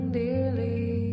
dearly